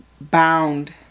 bound